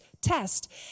test